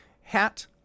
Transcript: hat